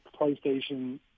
PlayStation